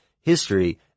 history